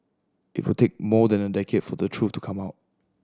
it would take more than a decade for the truth to come out